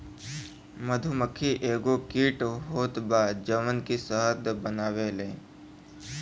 मधुमक्खी एगो कीट होत बा जवन की शहद बनावेले